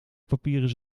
papieren